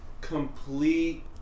complete